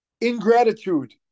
ingratitude،